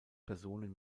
personen